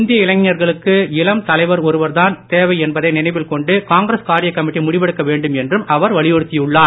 இந்திய இளைஞர்களுக்கு இளம் தலைவர் ஒருவர்தான் தேவை என்பதை நினைவில் கொண்டு காங்கிரஸ் காரிய கமிட்டி முடிவெடுக்க வேண்டும் என்றும் அவர் வலியுறுத்தியுள்ளார்